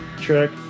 trick